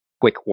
quick